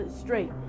straight